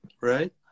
right